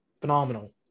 phenomenal